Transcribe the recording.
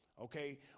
Okay